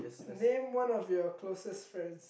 name one of your closest friends